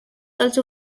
also